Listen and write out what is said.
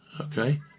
Okay